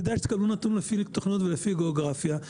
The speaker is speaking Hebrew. כדאי שתקבלו נתון לפי תוכניות ולפי גיאוגרפיה,